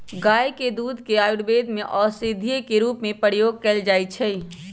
गाय के दूध के आयुर्वेद में औषधि के रूप में प्रयोग कएल जाइ छइ